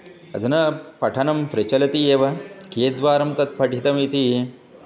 अधुना पठनं प्रचलति एव कियद्वारं तत् पठितमिति